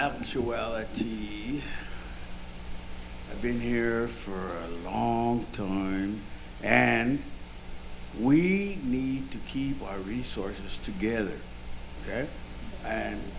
say well he's been here for a long time and we need to keep our resources together and